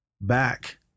back